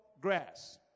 grass